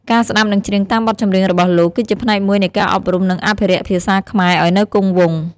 ការស្ដាប់និងច្រៀងតាមបទចម្រៀងរបស់លោក គឺជាផ្នែកមួយនៃការអប់រំ និងអភិរក្សភាសាខ្មែរឲ្យនៅគង់វង្ស ។